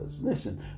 Listen